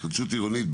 התחדשות עירונית,